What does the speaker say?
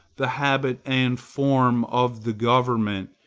the habit and form of the government,